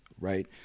Right